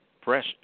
press